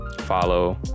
follow